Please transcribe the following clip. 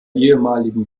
ehemaligen